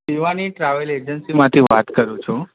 Shivani travel એજન્સીમાંથી વાત કરું છું